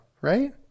right